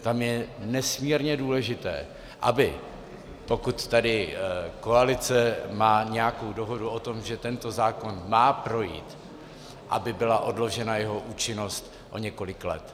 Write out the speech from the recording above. Tam je nesmírně důležité, pokud tady koalice má nějakou dohodu o tom, že tento zákon má projít, aby byla odložena jeho účinnost o několik let.